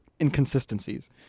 inconsistencies